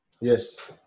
Yes